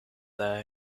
there